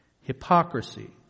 Hypocrisy